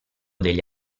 degli